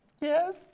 yes